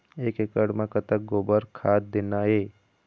एक एकड़ म कतक गोबर खाद देना ये?